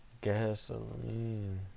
gasoline